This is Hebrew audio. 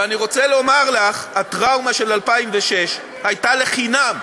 ואני רוצה לומר לך: הטראומה של 2006 הייתה לחינם,